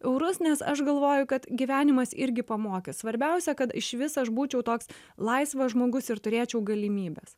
eurus nes aš galvoju kad gyvenimas irgi pamokys svarbiausia kad išvis aš būčiau toks laisvas žmogus ir turėčiau galimybes